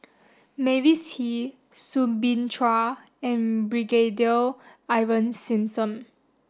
Mavis Hee Soo Bin Chua and Brigadier Ivan Simson